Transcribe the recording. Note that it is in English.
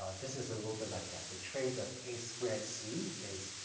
ah this is a little bit like that. the trace of a squared c is,